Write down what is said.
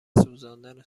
سوزاندن